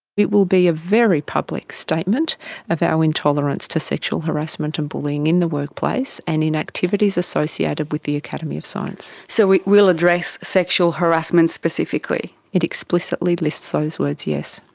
it will be a very public statement of our intolerance to sexual harassment and bullying in the workplace and in activities associated with the academy of science. so it will address sexual harassment specifically? it explicitly lists those words, yes.